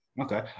Okay